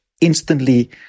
instantly